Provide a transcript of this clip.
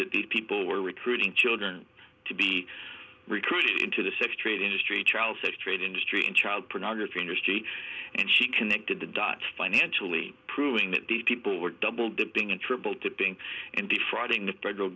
that these people were recruiting children to be recruited into the sex trade industry child sex trade industry and child pornography industry and she connected the dots financially proving that these people were double dipping and triple tipping and defrauding the federal